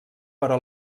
però